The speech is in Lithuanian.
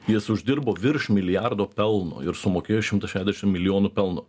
jis uždirbo virš milijardo pelno ir sumokėjo šimtą šešiasdešim milijonų pelno